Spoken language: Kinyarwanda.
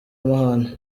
amahane